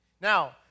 Now